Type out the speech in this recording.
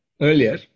earlier